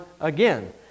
again